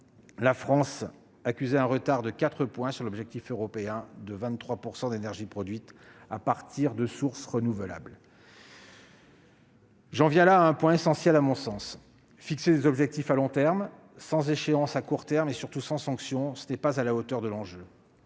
la France accusait un retard de 4 points par rapport à l'objectif européen de produire 23 % d'énergie à partir de sources renouvelables. J'en viens là à un point essentiel à mon sens : fixer des objectifs à long terme, sans échéance à court terme et, surtout, sans sanction n'est pas à la hauteur de l'enjeu.